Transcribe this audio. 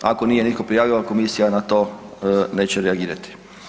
Ako nije niko prijavio, komisija na to neće reagirati.